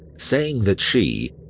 saying that she,